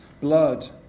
blood